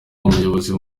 umuyobozi